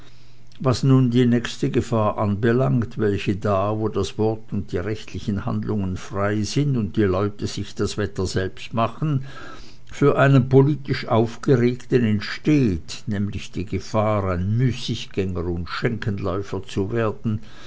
was nun die nächste gefahr anbelangt welche da wo das wort und die rechtlichen handlungen frei sind und die leute sich das wetter selbst machen für einen politisch aufgeregten entsteht nämlich die gefahr ein müßiggänger und schenkeläufer zu werden